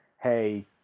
hey